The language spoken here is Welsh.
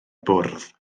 bwrdd